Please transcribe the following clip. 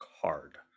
card